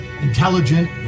intelligent